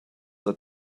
are